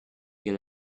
get